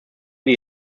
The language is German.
die